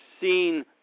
seen